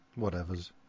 ...whatevers